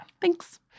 Thanks